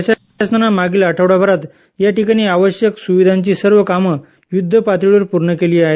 प्रशासनानं मागील आठवडाभरात याठिकाणी आवश्यक सुविधांची सर्व कामं युध्द पातळीवर पूर्ण केली आहेत